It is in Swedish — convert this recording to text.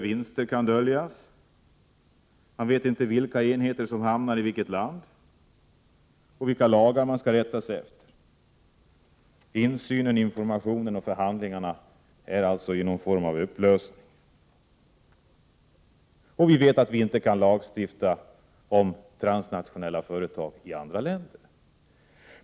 Vinster kan döljas, och man vet inte vilka enheter som flyttas och inte till vilket land. Man vet inte vilka lagar man skall rätta sig efter. Insynen, informationen och förhandlingsrätten är i någon form av upplösning. Vi vet också att vi inte kan lagstifta om transnationella företag i andra länder.